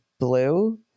blue